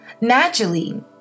Naturally